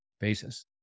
basis